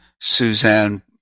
Suzanne